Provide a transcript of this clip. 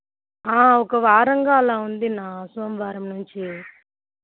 ఒక వారంగా అలా ఉంది అన్నా సోమవారం నుంచి